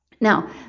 Now